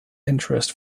interest